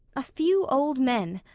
a few old men,